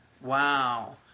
Wow